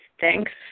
Thanks